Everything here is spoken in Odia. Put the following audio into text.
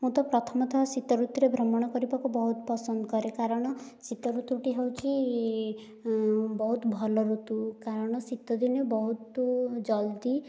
ମୋତେ ପ୍ରଥମତଃ ଶୀତଋତୁରେ ଭ୍ରମଣ କରିବାକୁ ବହୁତ ପସନ୍ଦ କରେ କାରଣ ଶୀତ ଋତୁଟି ହେଉଛି ବହୁତ ଭଲ ଋତୁ କାରଣ ଶୀତ ଦିନେ ବହୁତ ଜଲ୍ଦି